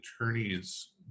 attorneys